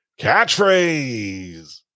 Catchphrase